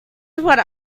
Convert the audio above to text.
what